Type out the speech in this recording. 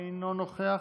אינו נוכח.